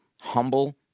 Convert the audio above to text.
humble